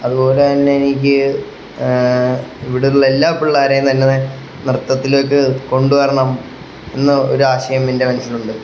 അതുപോലെതന്നെ എനിക്ക് ഇവിടുള്ള എല്ലാ പിള്ളാരെയും തന്നെ നൃത്തത്തിലേക്കു കൊണ്ടുവരണം എന്ന ഒരാശയം എൻ്റെ മനസ്സിലുണ്ട്